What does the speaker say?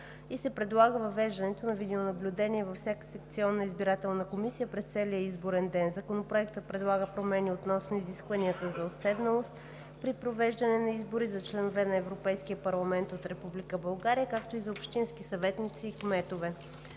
и се предлага въвеждането на видеонаблюдение във всяка секционна избирателна комисия през целия изборен ден. Законопроектът предлага промени относно изискванията за уседналост при провеждане на избори за членове на Европейския парламент от Република България, както и за общински съветници и кметове.